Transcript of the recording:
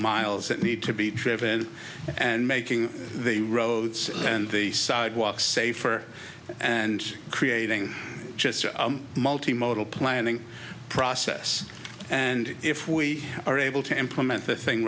miles that need to be driven and making the roads and the sidewalks safer and creating just a multi modal planning process and if we are able to implement the thing